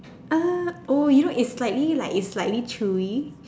uh oh you know it's slightly like it's slightly chewy